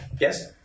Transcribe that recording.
Yes